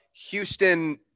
Houston